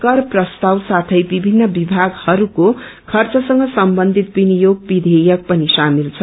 कर प्रस्ताव साथै विभिन्न विभागहरूको खर्चसँग सम्बन्धित विनियोग विधेयक पनि सामेल छन्